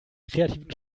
kreativen